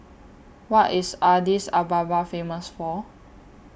What IS Addis Ababa Famous For